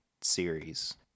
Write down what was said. series